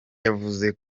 yavuze